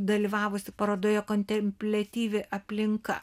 dalyvavusi parodoje kontempliatyvi aplinka